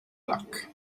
luck